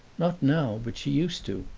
not now, but she used to.